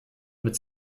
mit